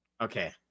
Okay